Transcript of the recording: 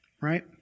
right